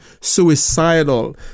suicidal